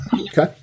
Okay